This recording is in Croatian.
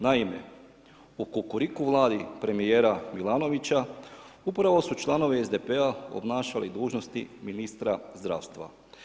Naime, u kukuriku Vladi premjera Milanovića, upravo su članovi SDP-a obnašali dužnosti ministra zdravstva.